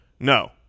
No